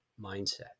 mindset